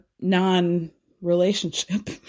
non-relationship